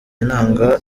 ntanga